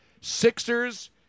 Sixers